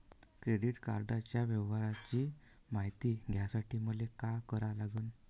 Credit कार्डाच्या व्यवहाराची मायती घ्यासाठी मले का करा लागन?